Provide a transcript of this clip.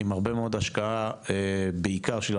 עם הרבה מאוד השקעה, בעיקר של העירייה,